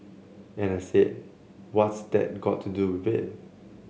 and I said what's that got to do with